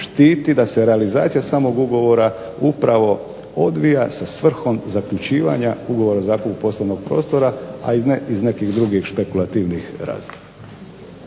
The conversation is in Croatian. štiti da se realizacija samog ugovora upravo odvija sa svrhom zaključivanja ugovora o zakupu poslovnog prostora a ne iz nekih drugih špekulativnih razloga.